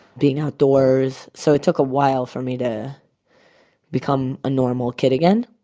being outdoors. so it took awhile for me to become a normal kid again.